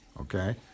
okay